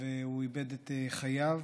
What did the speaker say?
והוא איבד את חייו,